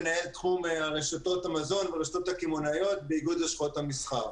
מנהל תחום רשתות המזון והרשתות הקמעונאיות באיגוד לשכות המסחר.